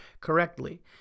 correctly